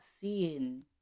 seeing